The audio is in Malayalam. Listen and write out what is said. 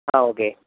ആ ഓക്കേ